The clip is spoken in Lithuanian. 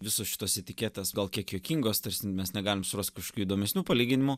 visos šitos etiketės gal kiek juokingos tarsi mes negalim surast kažkokių įdomesnių palyginimų